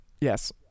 yes